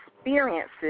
experiences